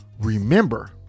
remember